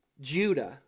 Judah